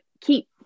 keep